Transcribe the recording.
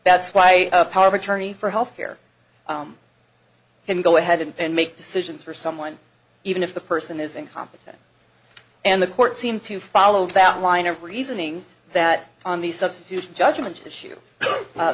that's why a power of attorney for health care can go ahead and make decisions for someone even if the person is incompetent and the court seemed to follow that line of reasoning that on the substitution judgment issue